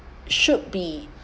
should be